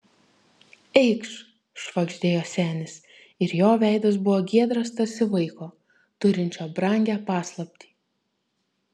eikš švagždėjo senis ir jo veidas buvo giedras tarsi vaiko turinčio brangią paslaptį